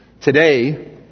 Today